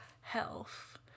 health